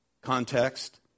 Context